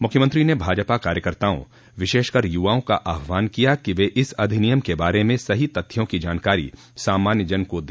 मुख्यमंत्री ने भाजपा कार्यकर्ताओं विशेषकर य्रवाओं का आवाहन किया कि वे इस अधिनियम के बारे में सही तथ्यों की जानकारी सामान्य जन को दे